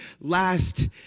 last